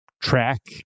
track